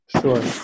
Sure